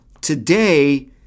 Today